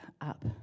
up